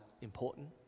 important